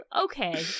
okay